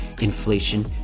Inflation